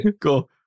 Cool